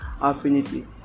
affinity